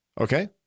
Okay